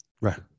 right